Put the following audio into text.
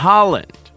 Holland